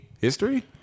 history